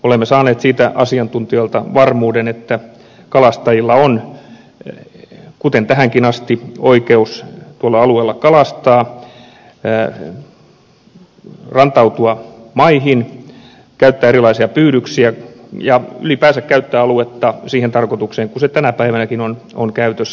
olemme saaneet asiantuntijoilta varmuuden siitä että kalastajilla on kuten tähänkin asti oikeus tuolla alueella kalastaa rantautua maihin käyttää erilaisia pyydyksiä ja ylipäänsä käyttää aluetta siihen tarkoitukseen kuin se tänäkin päivänä on käytössä